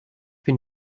bin